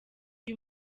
uyu